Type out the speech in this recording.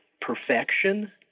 perfection